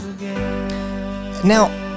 Now